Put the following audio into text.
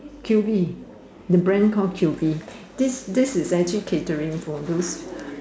Q_V the brand call Q_V this this is actually catering for those